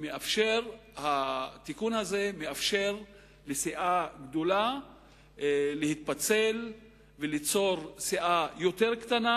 התיקון הזה מאפשר לסיעה גדולה להתפצל וליצור סיעה יותר קטנה,